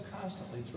constantly